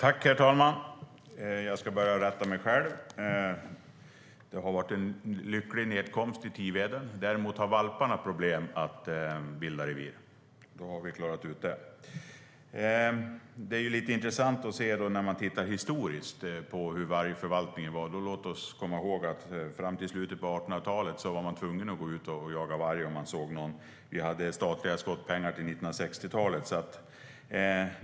Herr talman! Jag ska börja med att rätta mig själv. Det har varit en lycklig nedkomst i Tiveden. Däremot har valparna problem med att bilda revir. Då har vi klarat ut det. Det är lite intressant att se på vargförvaltningen historiskt. Låt oss komma ihåg att fram till slutet av 1800-talet var man tvungen att gå ut och jaga varg om man såg någon, och vi hade statliga skottpengar fram till 1960-talet.